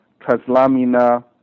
translamina